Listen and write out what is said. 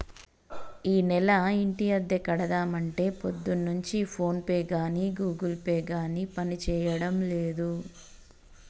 ఈనెల ఇంటి అద్దె కడదామంటే పొద్దున్నుంచి ఫోన్ పే గాని గూగుల్ పే గాని పనిచేయడం లేదు